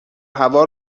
هوا